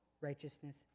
righteousness